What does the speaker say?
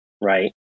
right